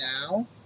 now